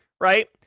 right